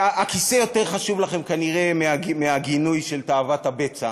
הכיסא יותר חשוב לכם כנראה מהגינוי של תאוות הבצע,